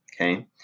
okay